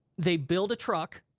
they build a truck,